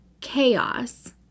chaos